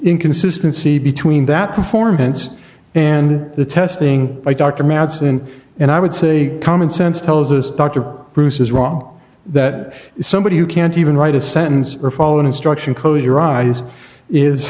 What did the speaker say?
inconsistency between that performance and the testing by dr madsen and i would say common sense tells us dr bruce is wrong that somebody who can't even write a sentence or follow an instruction close your